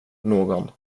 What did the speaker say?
någon